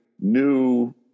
new